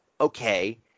okay